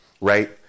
Right